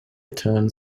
turned